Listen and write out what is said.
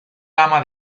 ama